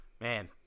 man